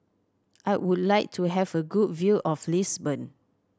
I would like to have a good view of Lisbon